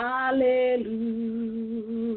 Hallelujah